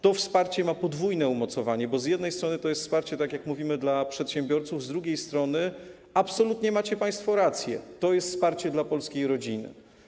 To wsparcie ma podwójne umocowanie, bo z jednej strony to jest wsparcie, tak jak mówimy, dla przedsiębiorców, z drugiej strony, absolutnie macie państwo rację, to jest wsparcie dla polskiej rodziny.